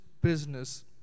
business